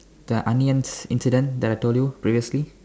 the onions incident I told you previously